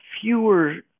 fewer